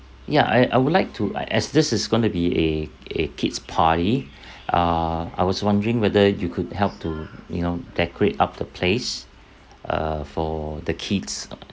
ya I I would like to a~ as this is going to be a a kid's party err I was wondering whether you could help to you know decorate up the place uh for the kids